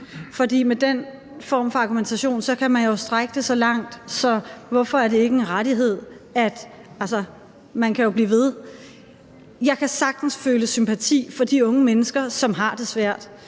For med den form for argumentation kan man jo strække det så langt som til at sige, hvorfor det ikke er en rettighed; man kan jo blive ved. Jeg kan sagtens føle sympati for de unge mennesker, som har det svært.